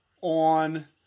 on